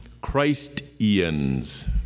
Christians